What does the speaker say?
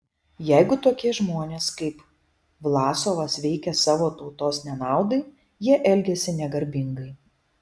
jeigu tokie žmonės kaip vlasovas veikia savo tautos nenaudai jie elgiasi negarbingai